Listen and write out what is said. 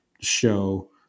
show